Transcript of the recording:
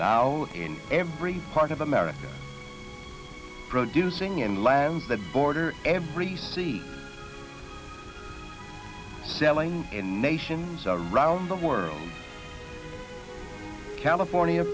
now in every part of america produce ing in lands that border every seed selling in nations around the world california